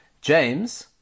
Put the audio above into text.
James